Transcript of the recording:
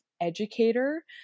educator